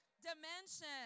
dimension